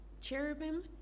cherubim